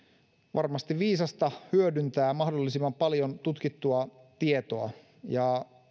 varmasti viisasta hyödyntää mahdollisimman paljon tutkittua tietoa ja